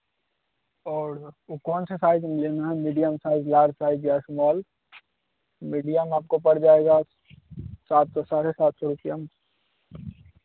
औरवह कौन से साइज में लेना है मीडियम साइज लार्ज साइज या स्मॉल मीडियम आपको पड़ जाएगा सात सौ साढ़े सात सौ रुपये म